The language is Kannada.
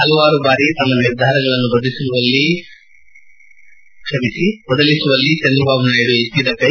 ಹಲವಾರು ಬಾರಿ ತಮ್ಮ ನಿರ್ಧಾರಗಳನ್ನು ಬದಲಿಸುವಲ್ಲಿ ಚಂದ್ರಬಾಬು ನಾಯ್ಡು ಎತ್ತಿದ ಕೈ